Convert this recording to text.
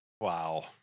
Wow